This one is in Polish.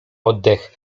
oddech